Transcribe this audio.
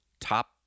top